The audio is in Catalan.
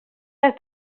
les